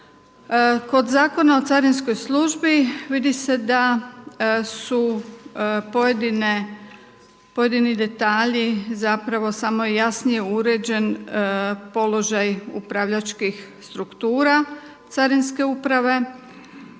Kod Zakona o carinskoj službi vidi se da su pojedini detalji, zapravo samo je jasnije uređen položaj upravljačkih struktura carinske,